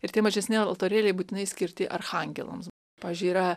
ir tie mažesni altorėliai būtinai skirti archangelams pavyzdžiui yra